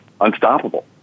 unstoppable